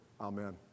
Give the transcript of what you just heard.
Amen